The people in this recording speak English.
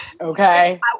okay